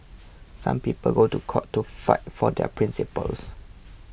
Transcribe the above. some people go to court to fight for their principles